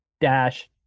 dash